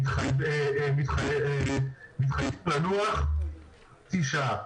מתחייבים לנוח חצי שעה?